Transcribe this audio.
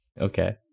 Okay